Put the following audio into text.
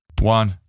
One